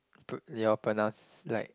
your pronounce like